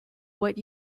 what